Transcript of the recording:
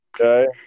okay